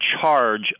charge